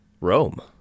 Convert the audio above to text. Rome